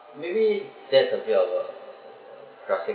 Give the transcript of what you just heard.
maybe that's a bit of a graphic